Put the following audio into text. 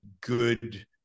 good